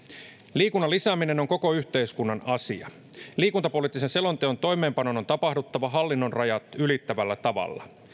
liikunnan lisääminen on koko yhteiskunnan asia liikuntapoliittisen selonteon toimeenpanon on tapahduttava hallinnon rajat ylittävällä tavalla